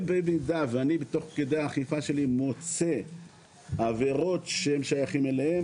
ובמידה ואני תוך כדי האכיפה שלנו מוצא עבירות ששייכים אליהם,